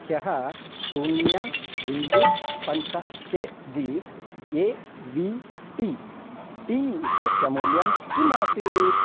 ह्यः शून्यं बिन्दु पञ्च के जीस् ए वी टी टी इत्यस्य मूल्यं किम् आसीत्